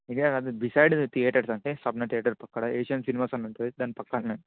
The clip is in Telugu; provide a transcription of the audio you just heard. ఇది బిసైడ్ థియేటర్స్ అంటే సప్న థియేటర్స్ పక్కన ఏషియన్ సినిమాస్ అని ఉంటుంది దాని పక్కన